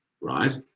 right